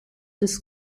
des